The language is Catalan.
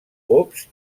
pops